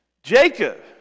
Jacob